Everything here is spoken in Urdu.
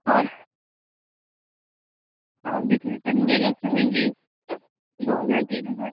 اور آپ جتنے تک لینا چاہیں گی دو ہزار تین ہزار